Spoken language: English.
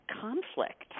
conflict